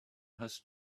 had